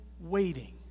waiting